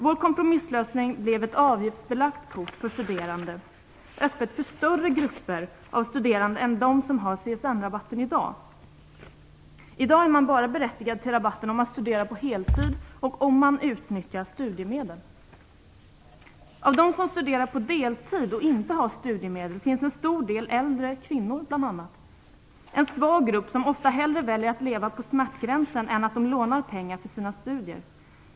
Vår kompromisslösning blev ett avgiftsbelagt kort för studerande öppet för större grupper av studerande än de som i dag har CSN-rabatten. I dag är man bara berättigad till rabatten om man studerar på heltid och om man utnyttjar studiemedel. Bland dem som studerar på deltid och inte har studiemedel finns bl.a. en stor del äldre kvinnor. Det är en svag grupp som ofta hellre väljer att leva på smärtgränsen än att låna pengar för sina studier.